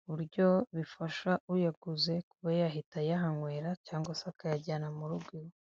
Ku buryo bifasha uyaguze kuba yahita ayahanywera cyangwa se akayajyana mu rugo iwe.